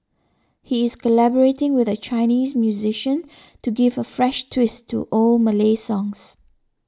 he is collaborating with a Chinese musician to give a fresh twist to old Malay songs